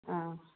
অঁ